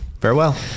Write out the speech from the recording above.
Farewell